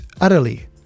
Utterly